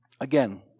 again